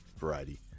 variety